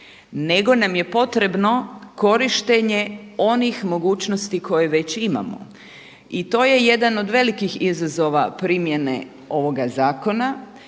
nego nam je potrebno korištenje onih mogućnosti koje već imamo. I to je jedan od velikih izazova primjene ovoga zakona